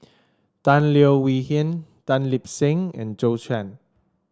Tan Leo Wee Hin Tan Lip Seng and Zhou Can